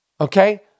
okay